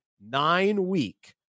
nine-week